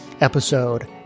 episode